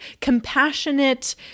compassionate